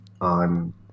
on